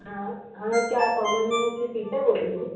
हाँ हाँ क्या आप अमन की टीचर बोल रही हैं